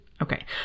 Okay